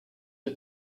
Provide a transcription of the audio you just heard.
die